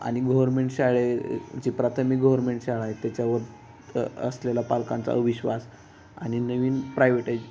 आणि गव्हर्मेंट शाळेची प्राथमिक गव्हर्मेंट शाळा आहेत त्याच्यावर असलेला पालकांचा अविश्वास आणि नवीन प्रायवेटाईज